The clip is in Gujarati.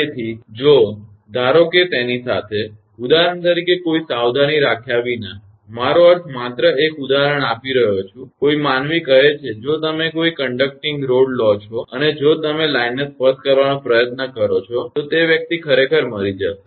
તેથી જો ધારો કે તેની સાથે ઉદાહરણ તરીકે કોઈ સાવધાની રાખ્યા વિના મારો અર્થ માત્ર એક ઉદાહરણ આપી રહયો છુ કે કોઈ માનવી કહે કે જો તમે કોઈ કંડક્ટીંગ રોડ લો છો અને જો તમે લાઇનને સ્પર્શવાનો પ્રયત્ન કરો છો તો તે વ્યક્તિ ખરેખર મરી જશે